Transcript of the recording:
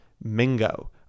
Mingo